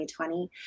2020